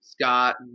Scott